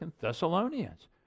Thessalonians